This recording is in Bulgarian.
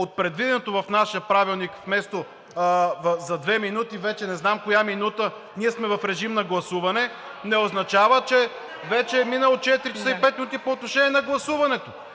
от предвиденото в нашия правилник – за две минути, а вече не знам коя минута ние сме в режим на гласуване, не означава, че вече е минало 16,05 ч. по отношение на гласуването.